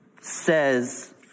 says